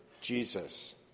Jesus